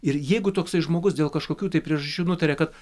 ir jeigu toksai žmogus dėl kažkokių tai priežasčių nutaria kad